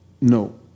No